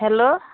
hello